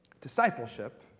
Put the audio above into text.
Discipleship